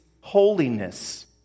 holiness